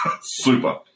Super